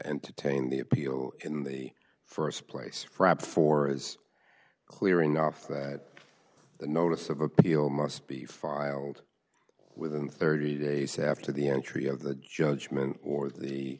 entertain the appeal in the st place perhaps for is clear enough that the notice of appeal must be filed within thirty days after the entry of the judgment or the